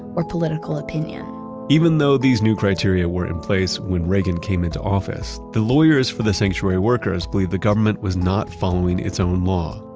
or political opinion even though these new criteria were in place when reagan came into office, the lawyers for the sanctuary workers believed the government was not following its own law.